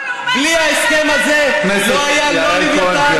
בלי ההסכם הזה לא היה לא לווייתן,